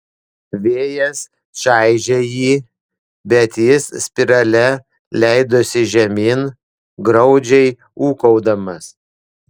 vėjas čaižė jį bet jis spirale leidosi žemyn graudžiai ūkaudamas